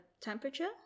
temperature